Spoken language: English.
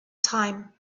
time